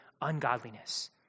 ungodliness